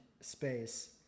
space